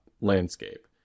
landscape